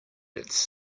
its